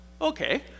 okay